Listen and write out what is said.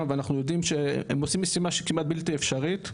ואנחנו יודעים שהם עושים משימה שהיא כמעט בלתי אפשרית,